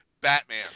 Batman